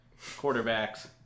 quarterbacks